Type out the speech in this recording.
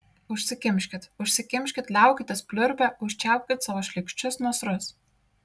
užsikimškit užsikimškit liaukitės pliurpę užčiaupkit savo šlykščius nasrus